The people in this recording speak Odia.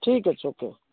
ଠିକ୍ଅଛି ଓକେ